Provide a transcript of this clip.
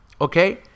Okay